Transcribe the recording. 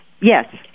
Yes